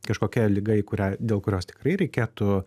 kažkokia liga į kurią dėl kurios tikrai reikėtų